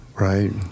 Right